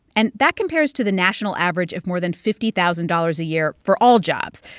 and that compares to the national average of more than fifty thousand dollars a year for all jobs.